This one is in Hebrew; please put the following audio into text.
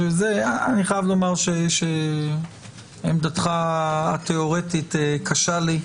אני חייב לומר שעמדתך התיאורטית קשה לי.